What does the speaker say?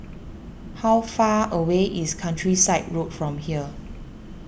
how far away is Countryside Road from here